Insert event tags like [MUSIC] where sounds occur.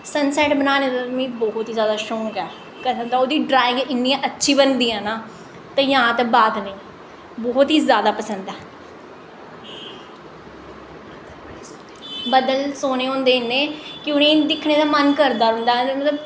sunset बनाने दा ते मी ब्हौत गै जैदा शौंक ऐ [UNINTELLIGIBLE] ओह्दी ड्राइंग इन्नी अच्छी बनदी ऐ ना ते जां ते बादलें गी ब्हौत ही जैदा पसंद ऐ बद्दल सोह्ने होंदे इन्नै कि उ'नें गी दिक्खने दा मन करदा रौंह्दा मतलब